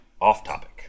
off-topic